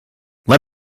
let